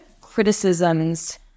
criticisms